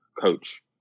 coach